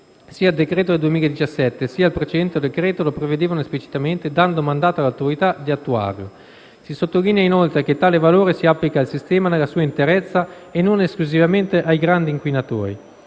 sia il decreto del 2017, sia il precedente decreto lo prevedevano esplicitamente, dando mandato all'Autorità di attuarlo. Si sottolinea, inoltre, che tale valore si applica al sistema nella sua interezza e non esclusivamente ai grandi inquinatori.